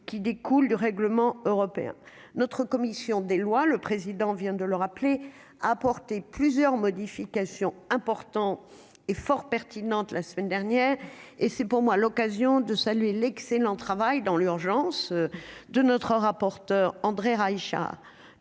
qui découle du règlement européen notre commission des lois, le président vient de le rappeler apporter plusieurs modifications important et fort pertinente la semaine dernière et c'est pour moi l'occasion de saluer l'excellent travail dans l'urgence de notre rapporteur André Reichardt,